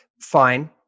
Fine